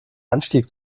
anstieg